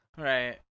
Right